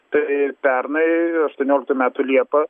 tai pernai aštuonioliktų metų liepą